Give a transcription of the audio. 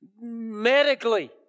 medically